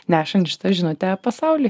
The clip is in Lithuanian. nešant šitą žinutę pasauliui